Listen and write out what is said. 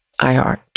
iHeart